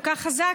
כל כך חזק,